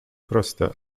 proste